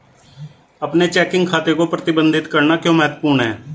अपने चेकिंग खाते को प्रबंधित करना क्यों महत्वपूर्ण है?